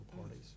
parties